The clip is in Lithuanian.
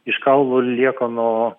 iš kaulų liekanų